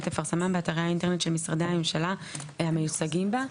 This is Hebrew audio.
ותפרסם באתרי האינטרנט של משרדי הממשלה המיוצגים בה.